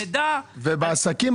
ובעסקים,